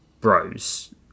bros